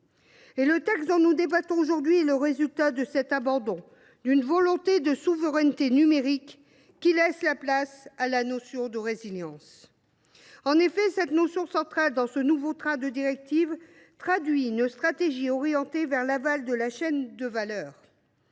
! Le texte dont nous débattons aujourd’hui est le résultat de cet abandon d’une volonté de souveraineté numérique. Cette dernière laisse la place à la notion de résilience. En effet, cette notion, centrale dans ce nouveau train de directives, traduit une stratégie orientée vers l’aval de la chaîne de valeur,